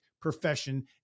profession